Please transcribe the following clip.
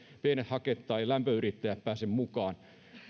pienet hake tai lämpöyrittäjät pääse mukaan